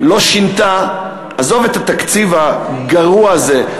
לא שינתה עזוב את התקציב הגרוע הזה,